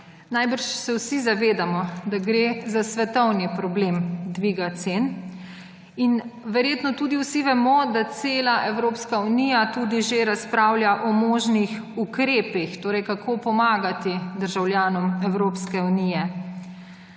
Najbrž se vsi zavedamo, da gre za svetovni problem dviga cen, in verjetno tudi vsi vemo, da cela Evropska unija tudi že razpravlja o možnih ukrepih, torej kako pomagati državljanom Evropske unije.